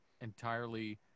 entirely